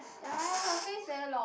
ya her face very long